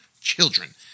children